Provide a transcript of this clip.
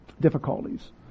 difficulties